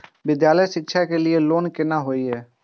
विद्यालय शिक्षा के लिय लोन केना होय ये?